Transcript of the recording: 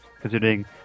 considering